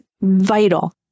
vital